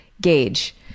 gauge